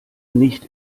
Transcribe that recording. nicht